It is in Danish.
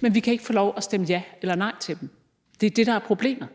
Men vi kan ikke få lov at stemme ja eller nej til dem; det er det, der er problemet.